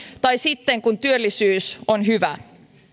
tai sitten kun työllisyys on hyvä